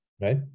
Right